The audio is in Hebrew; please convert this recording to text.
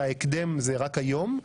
ובהקדם זה רק היום.